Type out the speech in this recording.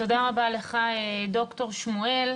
תודה רבה לך, ד"ר שמואל.